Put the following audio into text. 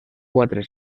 quatre